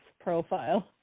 profile